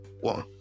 One